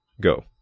Go